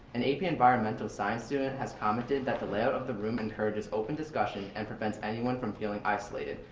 an ap environmental science student has commented that the layout of the room encourages open discussion and prevents anyone from feeling isolated,